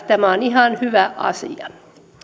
tämä on ihan hyvä asia